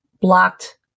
blocked